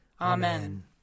Amen